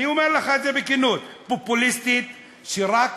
אני אומר לך את זה בכנות, פופוליסטית, שרק